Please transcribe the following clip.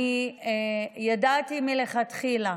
אני ידעתי מלכתחילה